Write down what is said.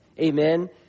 Amen